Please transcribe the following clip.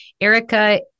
Erica